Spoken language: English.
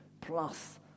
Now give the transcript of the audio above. plus